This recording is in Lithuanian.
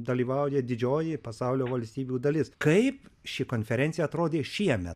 dalyvauja didžioji pasaulio valstybių dalis kaip ši konferencija atrodė šiemet